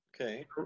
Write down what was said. Okay